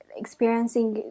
experiencing